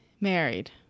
married